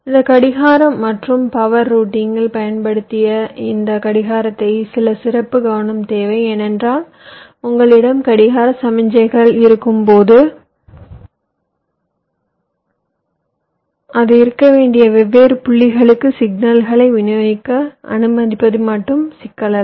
இந்த கடிகாரம் மற்றும் பவர் ரூட்டிங்கில் பயன்படுத்திய இந்த கடிகாரத்திற்கு சில சிறப்பு கவனம் தேவை ஏனென்றால் உங்களிடம் கடிகார சமிக்ஞைகள் இருக்கும்போது அது இருக்க வேண்டிய வெவ்வேறு புள்ளிகளுக்கு சிக்னல்களை விநியோகிக்க அனுமதிப்பது மட்டும் சிக்கல் அல்ல